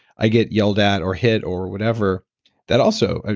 i get yelled at or hit or whatever that also.